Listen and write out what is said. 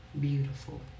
beautiful